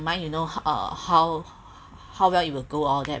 mind you know uh how how well you will go all that